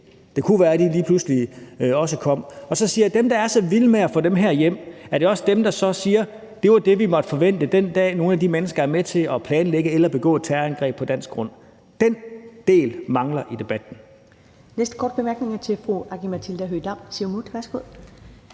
Det kunne være, at de lige pludselig også kom. Og så siger jeg: Er dem, der er så vilde med at få dem hjem, også dem, der så siger, at det var det, vi måtte forvente, den dag nogle af de mennesker er med til at planlægge eller begå et terrorangreb på dansk grund? Den del mangler i debatten.